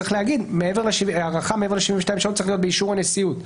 צריך להגיד שהארכה מעבר ל-72 שעות צריכה להיות באישור הנשיאות.